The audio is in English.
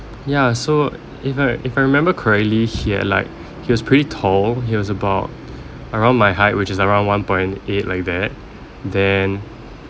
ya so if I if I remember correctly he at like he was pretty tall he was about around my height which is around one point eight like that then